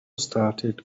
started